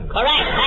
Correct